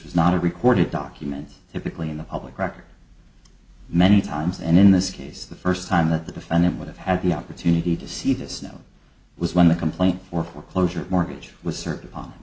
is not a record it documents typically in the public record many times and in this case the first time that the defendant would have had the opportunity to see the snow was when the complaint for foreclosure mortgage was certain